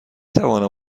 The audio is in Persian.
توانم